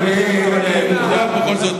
אדוני היושב-ראש,